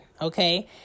okay